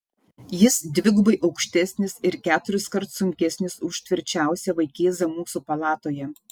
jis dvigubai aukštesnis ir keturiskart sunkesnis už tvirčiausią vaikėzą mūsų palatoje